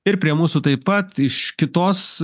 ir prie mūsų taip pat iš kitos